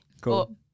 cool